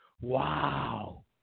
Wow